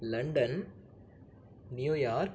London New York